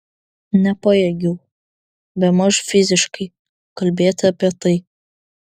nepajėgiau bemaž fiziškai kalbėti apie tai